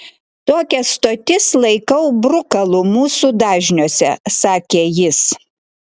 tokias stotis laikau brukalu mūsų dažniuose sakė jis